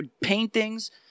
paintings